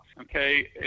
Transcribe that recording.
Okay